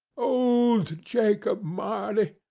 old jacob marley,